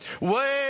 Wait